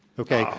okay? oh.